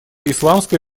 исламской